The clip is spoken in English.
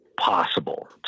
possible